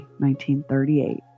1938